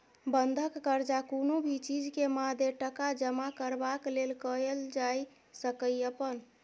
बंधक कर्जा कुनु भी चीज के मादे टका जमा करबाक लेल कईल जाइ सकेए अपन